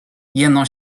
jeno